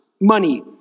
money